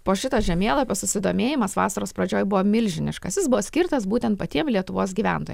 po šito žemėlapio susidomėjimas vasaros pradžioj buvo milžiniškas jis buvo skirtas būtent patiem lietuvos gyventojam